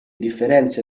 differenzia